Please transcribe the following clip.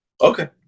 Okay